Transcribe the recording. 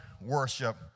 worship